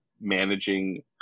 managing